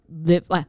live